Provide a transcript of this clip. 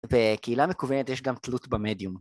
ובקהילה המקוונת יש גם תלות במדיום